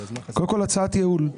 קודם כול, הצעת ייעול.